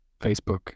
Facebook